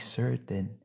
certain